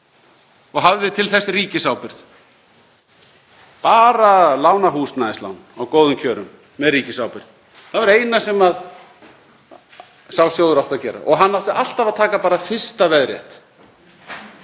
og hafði til þess ríkisábyrgð, bara að lána húsnæðislán á góðum kjörum með ríkisábyrgð. Það var það eina sem sá sjóður átti að gera og hann átti alltaf að taka bara fyrsta veðrétt.